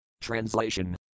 Translation